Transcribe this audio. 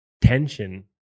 tension